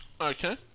Okay